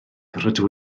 rydw